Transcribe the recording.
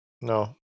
No